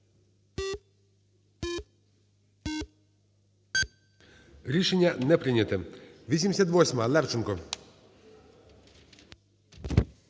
Рішення не прийнято. 88-а. Левченко.